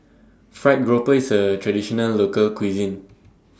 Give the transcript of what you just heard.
Fried Grouper IS A Traditional Local Cuisine